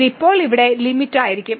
ഇത് ഇപ്പോൾ ഇവിടെ ലിമിറ്റ് ആയിരിക്കും